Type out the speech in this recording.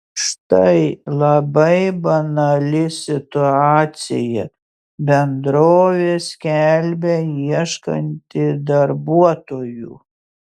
štai labai banali situacija bendrovė skelbia ieškanti darbuotojų